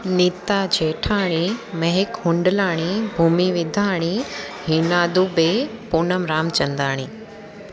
Neeta Jethani Mahak Hundlani Omi Vidhani Hina Dubey Poonam Ramchandani